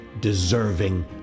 deserving